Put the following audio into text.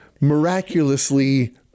miraculously